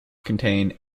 contain